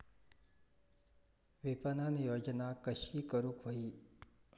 विपणन योजना कशी करुक होई?